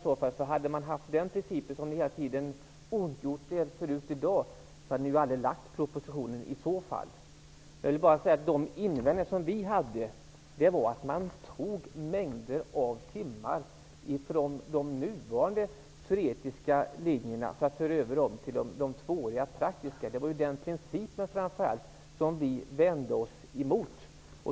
Om man hade haft den princip som ni har ondgjort er över i dag hade ni ju aldrig lagt propositionen. De invändningar vi hade var att man tog en mängd timmar från de nuvarande teoretiska linjerna och förde över dem till de tvååriga praktiska linjerna. Det var den principen vi vände oss emot.